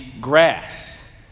grass